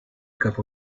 cup